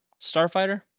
starfighter